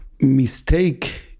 mistake